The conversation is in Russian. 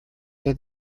для